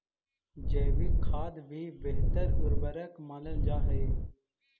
जैविक खाद भी बेहतर उर्वरक मानल जा हई